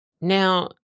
Now